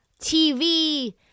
TV